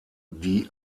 die